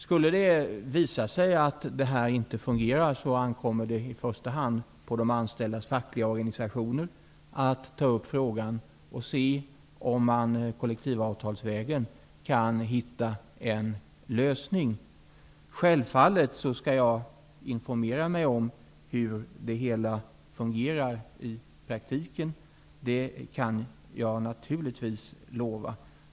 Skulle det visa sig att detta inte fungerar ankommer det i första hand på de anställdas fackliga organisationer att ta upp frågan och se om de kollektivavtalsvägen kan hitta en lösning. Självfallet skall jag informera mig om hur det hela fungerar i praktiken. Det kan jag naturligtvis lova.